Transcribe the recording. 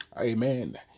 Amen